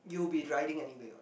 you'll be riding anyway what